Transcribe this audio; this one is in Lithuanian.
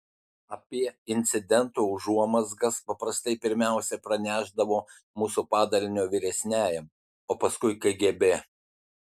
apie incidento užuomazgas paprastai pirmiausiai pranešdavo mūsų padalinio vyresniajam o paskui kgb